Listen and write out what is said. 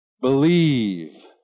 believe